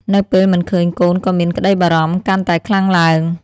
នៅពេលមិនឃើញកូនក៏មានក្តីបារម្ភកាន់តែខ្លាំងឡើង ។